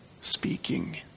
speaking